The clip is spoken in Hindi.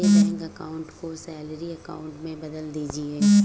मेरे बैंक अकाउंट को सैलरी अकाउंट में बदल दीजिए